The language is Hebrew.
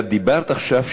את דיברת עכשיו,